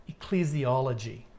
ecclesiology